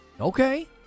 Okay